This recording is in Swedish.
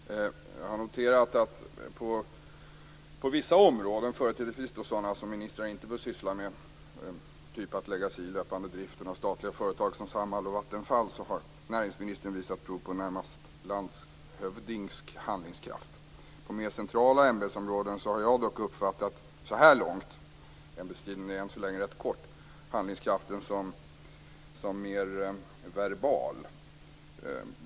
Fru talman! Jag har noterat att på vissa områden, företrädesvis då sådana som ministrar inte bör syssla med, typ att lägga sig i den löpande driften av statliga företag som Samhall och Vattenfall, har näringsministern visat prov på närmast landshövdingsk handlingskraft. På mer centrala ämbetsområden har jag dock så här långt, ämbetstiden är än så länge rätt kort, uppfattat handlingskraften som mer verbal.